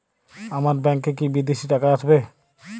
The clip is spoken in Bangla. আমার ব্যংকে কি বিদেশি টাকা আসবে?